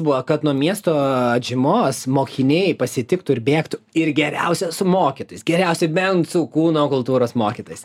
buvo kad nuo miesto atžymos mokiniai pasitiktų ir bėgtų ir geriausia su mokytojais geriausiai bent su kūno kultūros mokytojais